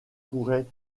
pourrait